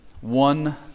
one